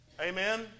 Amen